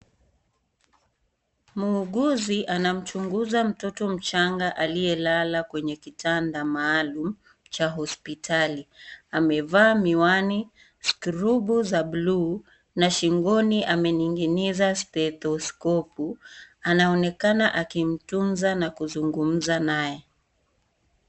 Muuguzi anamchunguza mtoto mchanga aliyelala kwenye kitanda maalum cha hospitali. Amevaa miwani scruble za bluu, na shingoni amening'iniza stethoskopu. Anaonekana akimtunza na kuzungumza naye.